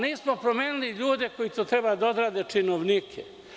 Nismo promenili ljude koji to treba da odrade, činovnike.